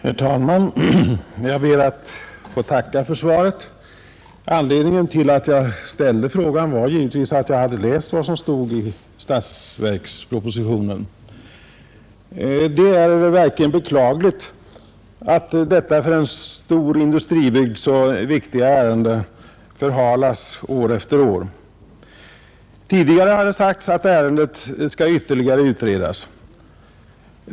Herr talman! Jag ber att få tacka för svaret. Anledningen till att jag ställde frågan var givetvis att jag hade läst vad som står i statsverkspropositionen. Det är verkligen beklagligt, att detta för en stor industribygd så viktiga ärende förhalas år efter år. Tidigare har det sagts, att ärendet skall ytterligare utredas.